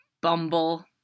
Bumble